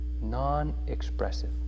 non-expressive